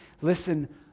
listen